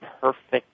perfect